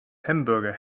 hamburger